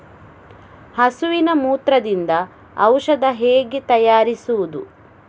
ಹಸುವಿನ ಮೂತ್ರದಿಂದ ಔಷಧ ಹೇಗೆ ತಯಾರಿಸುವುದು?